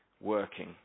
working